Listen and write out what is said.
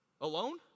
Alone